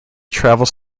travels